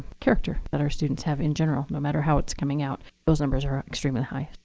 character that our students have in general, no matter how it's coming out. those numbers are extremely high.